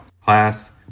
Class